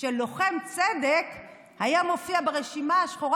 של לוחם צדק היה מופיע ברשימה השחורה,